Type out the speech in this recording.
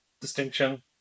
distinction